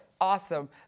awesome